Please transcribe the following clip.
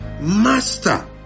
Master